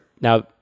Now